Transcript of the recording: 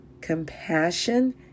compassion